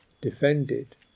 defended